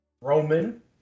Roman